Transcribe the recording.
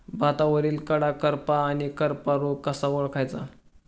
भातावरील कडा करपा आणि करपा रोग कसा ओळखायचा?